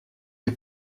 est